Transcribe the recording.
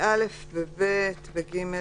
ב-(א), (ב), (ג),